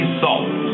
salt